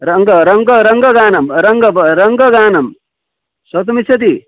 रङ्ग रङ्ग रङ्गगाणं रङ्गब रङ्गाणं श्रोतुमिच्छति